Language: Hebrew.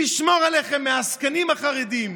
נשמור עליכם מהעסקנים החרדים.